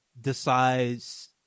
decides